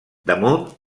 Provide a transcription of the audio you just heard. damunt